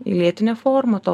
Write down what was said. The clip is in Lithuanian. į lėtinę formą to